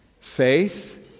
faith